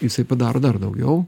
jisai padaro dar daugiau